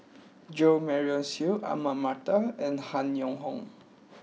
Jo Marion Seow Ahmad Mattar and Han Yong Hong